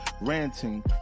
ranting